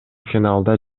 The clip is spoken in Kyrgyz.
финалда